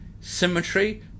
Symmetry